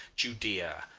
judea,